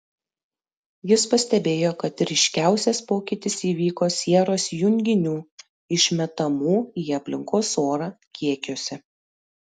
jis pastebėjo kad ryškiausias pokytis įvyko sieros junginių išmetamų į aplinkos orą kiekiuose